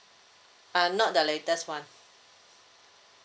uh not the latest one